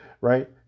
right